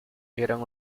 eran